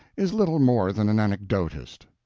is little more than an anecdotist.